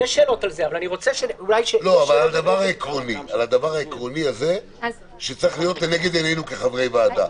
נדבר על הדבר העקרוני הזה שצריך להיות לנגד עינינו כחברי ועדה,